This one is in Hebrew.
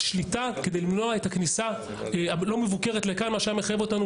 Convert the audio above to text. שליטה כדי למנוע את הכניסה הלא מבוקרת שהיה מחייב אותנו